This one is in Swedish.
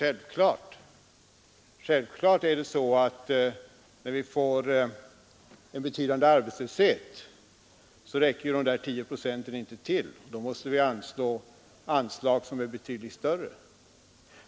Herr talman! När vi får en betydande arbetslöshet räcker självfallet de 10 procenten inte till utan då måste anslagen bli betydligt större.